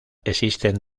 existen